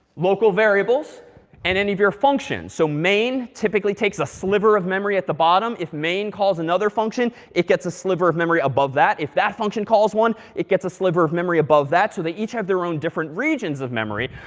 local variables and any of your functions. so main, typically takes a sliver of memory at the bottom. if main calls another function, it gets a sliver of memory above that. if that function calls one, it gets a sliver of memory above that. so they each have their own different regions of memory.